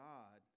God